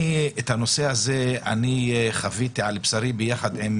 את הנושא הזה אני חוויתי על בשרי ביחד עם